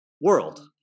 world